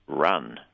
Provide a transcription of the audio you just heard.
run